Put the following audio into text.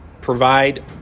provide